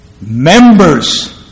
members